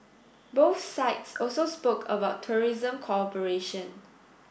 both sides also spoke about tourism cooperation